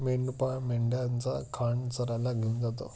मेंढपाळ मेंढ्यांचा खांड चरायला घेऊन जातो